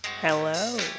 Hello